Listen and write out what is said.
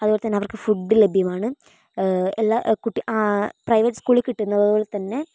അതുപോലെതന്നെ അവർക്കു ഫുഡ്ഡ് ലഭ്യമാണ് എല്ലാ പ്രൈവറ്റ് സ്കൂളിൽ കിട്ടുന്നത് പോലെതന്നെ